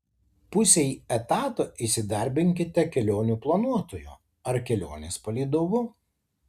pusei etato įsidarbinkite kelionių planuotoju ar kelionės palydovu